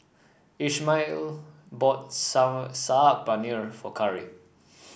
Ismael bought Saag Paneer for Khari